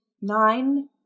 nine